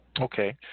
Okay